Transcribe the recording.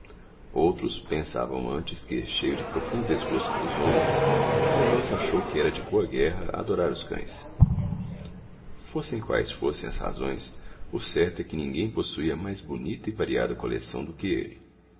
outros pensavam antes que cheio de profundo desgosto pelos homens mendonça achou que era de boa guerra adorar os cães fossem quais fossem as razões o certo é que ninguém possuía mais bonita e variada coleção do que ele